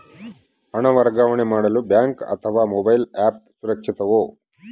ಹಣ ವರ್ಗಾವಣೆ ಮಾಡಲು ಬ್ಯಾಂಕ್ ಅಥವಾ ಮೋಬೈಲ್ ಆ್ಯಪ್ ಸುರಕ್ಷಿತವೋ?